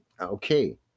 Okay